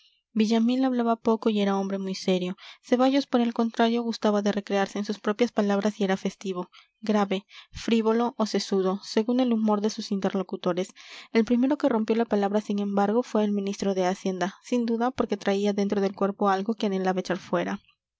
villamil hablaba poco y era hombre muy serio ceballos por el contrario gustaba de recrearse en sus propias palabras y era festivo grave frívolo o sesudo según el humor de sus interlocutores el primero que rompió la palabra sin embargo fue el ministro de hacienda sin duda porque traía dentro del cuerpo algo que anhelaba echar fuera